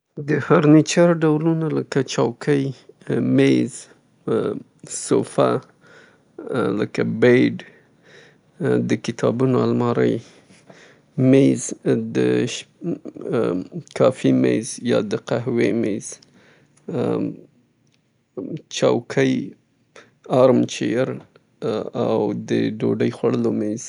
فرنیچر مختلفې انواوې لري مختلف شیان په کې شاملیږي لکه چوکۍ، میز، صوفه، بستره یا بید، د کتابونو المارۍ، د قهوې یا چای څښلو میز، د شپې ستند او نور شیان ورکې شاملیږي.